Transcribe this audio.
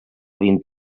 vint